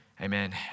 Amen